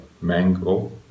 mango